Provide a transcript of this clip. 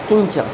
किञ्च